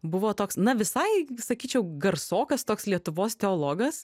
buvo toks na visai sakyčiau garsokas toks lietuvos teologas